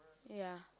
ya